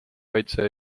kaitse